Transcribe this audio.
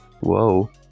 Whoa